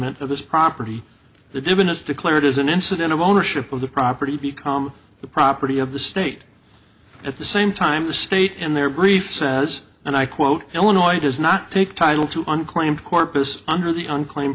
of his property the divinest declared as an incident of ownership of the property become the property of the state at the same time the state in their brief says and i quote illinois does not take title to unclaimed corpus under the unclaim